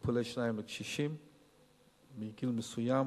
טיפולי שיניים לקשישים מגיל מסוים,